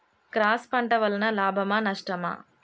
Cross పంట వలన లాభమా నష్టమా?